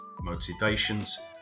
motivations